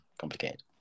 Complicated